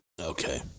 Okay